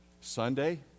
Sunday